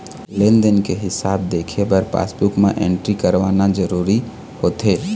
लेन देन के हिसाब देखे बर पासबूक म एंटरी करवाना जरूरी होथे